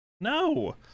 No